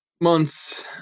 month's